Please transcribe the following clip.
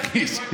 מכחיש.